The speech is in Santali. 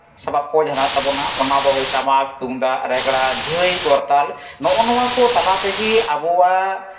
ᱥᱟᱯᱟᱯ ᱠᱚ ᱡᱟᱦᱟᱸ ᱢᱮᱱᱟᱜ ᱛᱟᱵᱚᱱᱟ ᱚᱱᱟᱫᱚ ᱴᱟᱢᱟᱠ ᱛᱩᱢᱫᱟᱜ ᱨᱮᱜᱽᱲᱟ ᱡᱷᱟᱹᱭ ᱠᱚᱨᱛᱟᱞ ᱱᱚᱜᱼᱚ ᱱᱚᱣᱟ ᱠᱚ ᱛᱟᱞᱟ ᱛᱮᱜᱮ ᱟᱵᱚᱣᱟᱜ